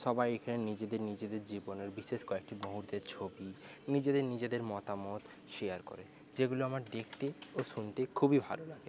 সবাই এখানে নিজেদের নিজেদের জীবনের বিশেষ কয়েকটি মুহূর্তের ছবি নিজেদের নিজেদের মতামত শেয়ার করে যেগুলো আমার দেখতে ও শুনতে খুবই ভালো লাগে